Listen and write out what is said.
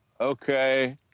okay